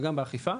גם באכיפה,